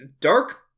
dark